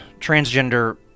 Transgender